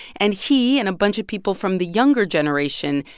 and he and a bunch of people from the younger generation,